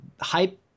hype